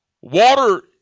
Water